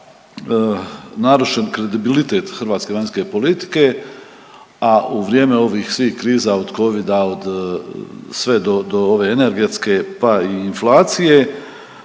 hrvatske vanjske politike, a u vrijeme ovih svih kriza od Covida, od sve do ove energetske pa i inflacije